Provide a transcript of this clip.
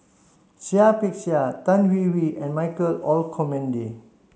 Seah Peck Seah Tan Hwee Hwee and Michael Olcomendy